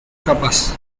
capaz